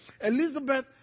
Elizabeth